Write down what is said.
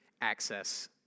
access